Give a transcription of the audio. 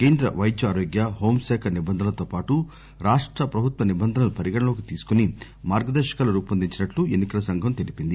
కేంద్ర వైద్యారోగ్య హోం శాఖ నిబంధనలతో పాటు రాష్ట ప్రభుత్వ నిబంధనలను పరిగణనలోకి తీసుకొని మార్గదర్శకాలు రూపొందించినట్లు ఎన్ని కల సంఘం తెలిపింది